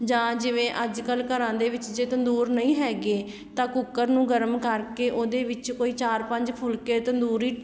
ਜਾਂ ਜਿਵੇਂ ਅੱਜ ਕੱਲ੍ਹ ਘਰਾਂ ਦੇ ਵਿੱਚ ਜੇ ਤੰਦੂਰ ਨਹੀਂ ਹੈਗੇ ਤਾਂ ਕੁੱਕਰ ਨੂੰ ਗਰਮ ਕਰਕੇ ਉਹਦੇ ਵਿੱਚ ਕੋਈ ਚਾਰ ਪੰਜ ਫੁਲਕੇ ਤੰਦੂਰੀ